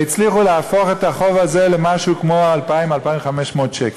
והצליחו להפוך את החוב הזה למשהו כמו 2,000 2,500 שקלים.